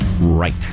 Right